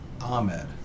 Ahmed